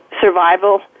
survival